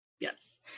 Yes